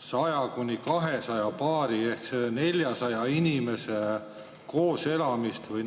100–200 paari ehk 400 inimese koos elamist või